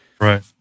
right